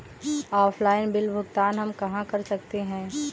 Offline bill भुगतान हम कहां कर सकते हैं?